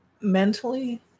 mentally